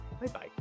Bye-bye